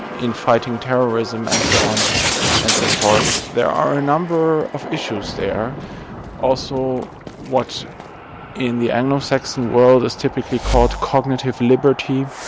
in fighting terrorism and so on and so forth? there are a number of issues there also what in the anglo saxon world is typically called cognitive liberty.